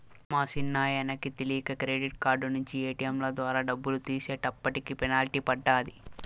మా సిన్నాయనకి తెలీక క్రెడిట్ కార్డు నించి ఏటియం ద్వారా డబ్బులు తీసేటప్పటికి పెనల్టీ పడ్డాది